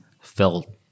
felt